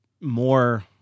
more